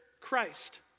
Christ